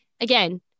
Again